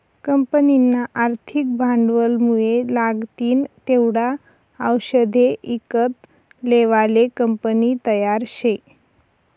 कंपनीना आर्थिक भांडवलमुये लागतीन तेवढा आवषदे ईकत लेवाले कंपनी तयार शे